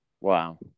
Wow